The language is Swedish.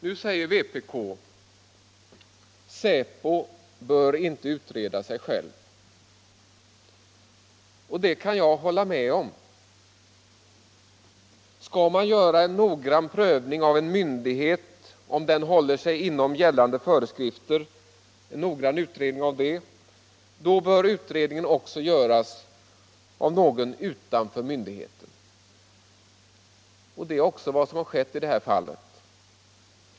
Nu säger vpk: ”Säpo bör inte utreda sig självt.” Det kan jag hålla med om. Skall man noggrant utreda om en myndighet hållit sig inom gällande föreskrifter, bör denna utredning göras av någon utanför myndigheten. Det är också vad som har skett i det här fallet.